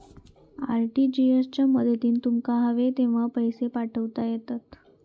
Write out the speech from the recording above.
RTGS च्या मदतीन तुमका हवे तेव्हा पैशे पाठवता येतत